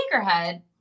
sneakerhead